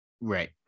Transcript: Right